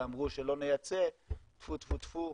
כשאמרו שלא נייצא, טפו טפו טפו,